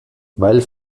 weil